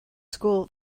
school